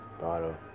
bottle